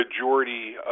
majority